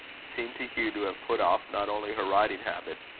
seemed to hugh to have put off not only her riding habit,